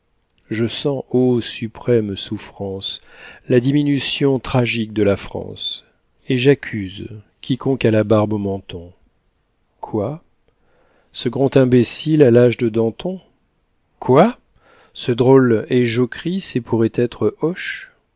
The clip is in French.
je sens ô suprême souffrance la diminution tragique de la france et j'accuse quiconque a la barbe au menton quoi ce grand imbécile a l'âge de danton quoi ce drôle est jocrisse et pourrait être hoche